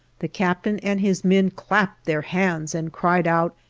the captain and his men clapped their hands and cried out,